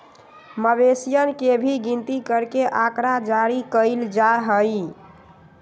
मवेशियन के भी गिनती करके आँकड़ा जारी कइल जा हई